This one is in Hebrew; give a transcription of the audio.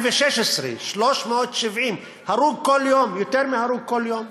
2016, 370, הרוג כל יום, יותר מהרוג כל יום.